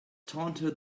taunted